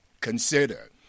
consider